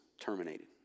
terminated